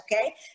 okay